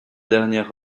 dernière